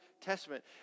Testament